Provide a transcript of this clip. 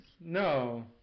No